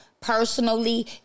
personally